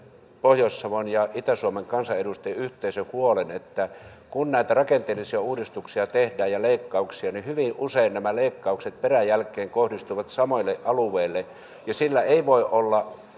pohjois savon ja itä suomen kansanedustajien yhteisen huolen että kun näitä rakenteellisia uudistuksia ja leikkauksia tehdään niin hyvin usein nämä leikkaukset peräjälkeen kohdistuvat samoille alueille sillä ei voi olla